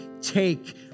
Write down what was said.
take